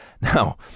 Now